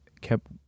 kept